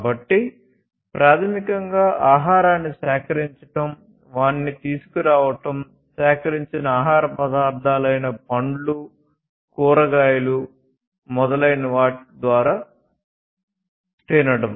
కాబట్టి ప్రాథమికంగా ఆహారాన్ని సేకరించడం వాటిని తీసుకురావడం సేకరించిన ఆహార పదార్థాలైన పండ్లు కూరగాయలు మొదలైన వాటి ద్వారా తినడం